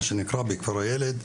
מה שנקרא בכפר הילד,